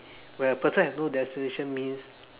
when a person has no destination means